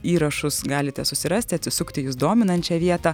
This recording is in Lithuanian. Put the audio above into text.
įrašus galite susirasti atsisukti jus dominančią vietą